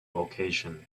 location